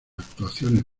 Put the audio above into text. actuaciones